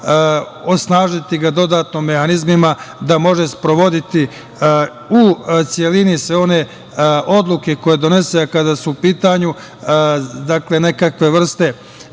osnažiti ga dodatno mehanizmima da može sprovoditi u celini sve one odluke koje donese, a kada su u pitanju nekakve vrste